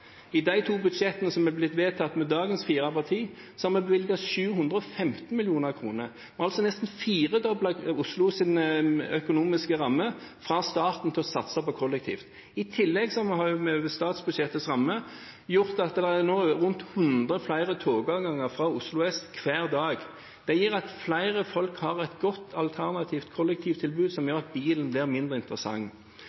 I de to budsjettene som er blitt vedtatt med dagens fire partier, har vi bevilget 715 mill. kr, altså nesten firedoblet Oslos økonomiske ramme fra staten til å satse på kollektivt. I tillegg har vi over statsbudsjettets ramme gjort at det nå er rundt 100 flere togavganger fra Oslo S hver dag. Det gjør at flere folk har et godt alternativt kollektivtilbud som gjør at bilen blir mindre interessant.